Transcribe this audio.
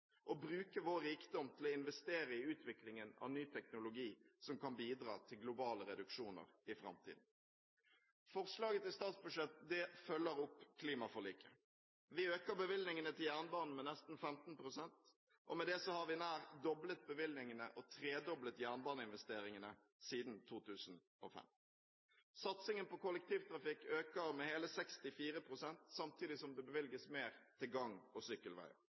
og bruke vår rikdom til å investere i utviklingen av ny teknologi som kan bidra til globale reduksjoner i framtiden. Forslaget til statsbudsjett følger opp klimaforliket. Vi øker bevilgningene til jernbanen med nesten 15 pst. Med det har vi nær doblet bevilgningene og tredoblet jernbaneinvesteringene siden 2005. Satsingen på kollektivtrafikk øker med hele 64 pst., samtidig som det bevilges mer til gang- og sykkelveier.